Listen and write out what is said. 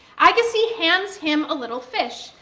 agassiz hands him a little fish,